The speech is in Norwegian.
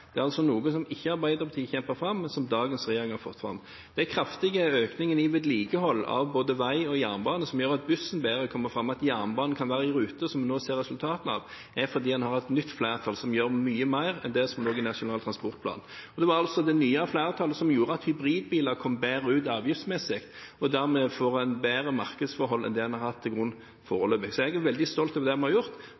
Det er altså noe som ikke Arbeiderpartiet kjempet fram, men som dagens regjering har fått fram. Den kraftige økningen i vedlikehold av både vei og jernbane, som gjør at bussen kommer lettere fram, og at jernbanen kan være i rute, som vi nå ser resultatet av, er fordi en har et nytt flertall, som gjør mye mer enn det som lå i Nasjonal transportplan. Og det var altså det nye flertallet som gjorde at hybridbiler kom bedre ut avgiftsmessig, og dermed får bedre markedsforhold enn det som har ligget til grunn foreløpig. Så jeg er veldig stolt over det vi har gjort.